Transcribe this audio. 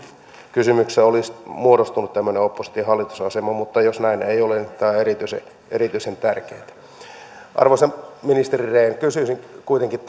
kysymyksessä olisi muodostunut tämmöinen oppositio hallitus asema mutta jos näin ei ole niin tämä on erityisen tärkeätä arvoisa ministeri rehn kysyisin tässä kuitenkin